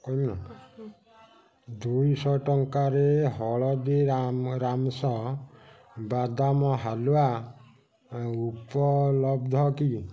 ଦୁଇଶହ ଟଙ୍କାରେ ହଳଦୀ ରାମ୍ସ୍ ବାଦାମ ହାଲୁଆ ଉପଲବ୍ଧ କି